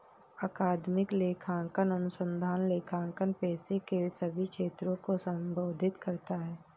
अकादमिक लेखांकन अनुसंधान लेखांकन पेशे के सभी क्षेत्रों को संबोधित करता है